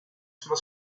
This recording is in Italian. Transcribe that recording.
sulla